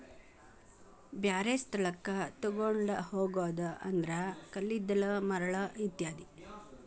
ಬ್ಯಾರೆ ಸ್ಥಳಕ್ಕ ತುಗೊಂಡ ಹೊಗುದು ಅಂದ್ರ ಕಲ್ಲಿದ್ದಲ, ಮರಳ ಇತ್ಯಾದಿ